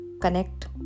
Connect